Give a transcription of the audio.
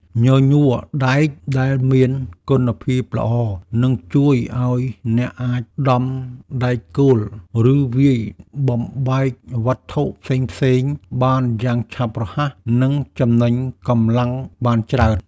ញញួរដែកដែលមានគុណភាពល្អនឹងជួយឱ្យអ្នកអាចដំដែកគោល ឬវាយបំបែកវត្ថុផ្សេងៗបានយ៉ាងឆាប់រហ័ស និងចំណេញកម្លាំងបានច្រើន។